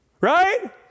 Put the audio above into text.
Right